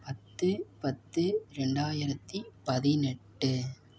பத்து பத்து ரெண்டாயரத்து பதினெட்டு